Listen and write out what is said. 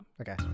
Okay